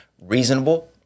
reasonable